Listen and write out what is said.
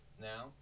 now